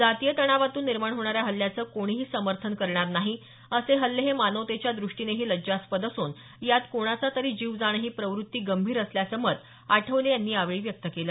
जातीय तणावातून निर्माण होणाऱ्या हल्ल्याचं कोणीही समर्थन करणार नाही असे हल्ले हे मानवतेच्या द्रष्टिनेही लज्जास्पद असून यात कोणाचा तरी जीव जाणं ही प्रवृत्ती गंभीर असल्याचं मत आठवले यांनी यावेळी व्यक्त केलं